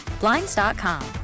Blinds.com